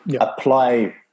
apply